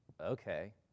Okay